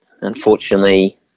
unfortunately